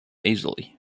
easily